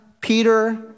Peter